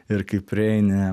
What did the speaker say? ir kai prieini